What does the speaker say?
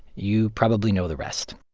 you probably know the rest